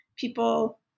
people